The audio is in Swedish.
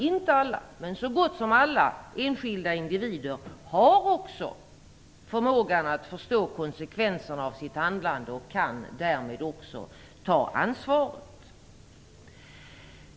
Inte alla, men så gott som alla enskilda individer har också förmågan att förstå konsekvenserna av sitt handlanden och kan därmed också ta ansvaret för det.